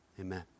amen